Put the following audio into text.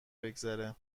بگذرد